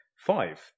Five